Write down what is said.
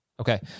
Okay